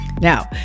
Now